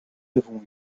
avons